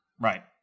Right